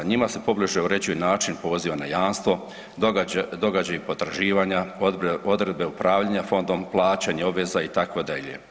Njima se pobliže uređuje način poziva na jamstvo, događaji potraživanja, odredbe upravljanja fondom, plaćanja obveza itd.